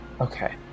okay